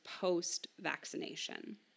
post-vaccination